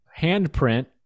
handprint